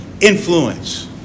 influence